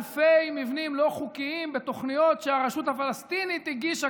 אלפי מבנים לא חוקיים בתוכניות שהרשות הפלסטינית הגישה